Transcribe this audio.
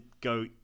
go